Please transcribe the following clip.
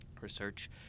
research